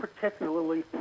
particularly